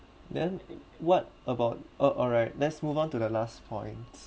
then what about oh alright let's move on to the last point